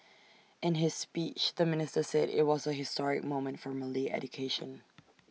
in his speech the minister said IT was A historic moment for Malay education